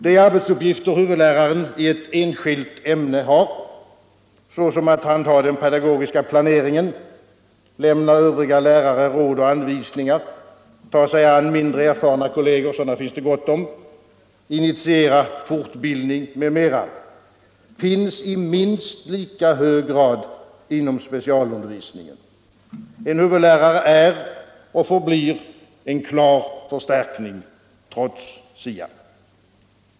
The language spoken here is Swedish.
De arbetsuppgifter som huvudläraren i ett enskilt ämne har, t.ex. att ansvara för den pedagogiska planeringen, lämna övriga lärare råd och anvisningar, ta sig an mindre erfarna kolleger — sådana finns det gott om - initiera fortbildning m.m., finns i minst lika hög grad inom specialundervisningen. En huvudlärare är och förblir en klar förstärkning trots SIA.